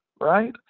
right